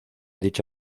dicha